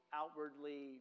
outwardly